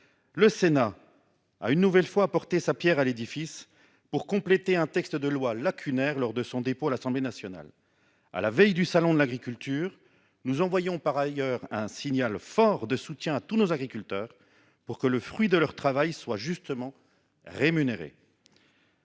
Le Sénat a une nouvelle fois apporté sa pierre à l'édifice et complété un texte qui était lacunaire lors de son dépôt à l'Assemblée nationale. À la veille du salon de l'agriculture, nous envoyons par ailleurs un signal fort de soutien à tous nos agriculteurs, pour que le fruit de leur travail soit rémunéré